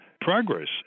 progress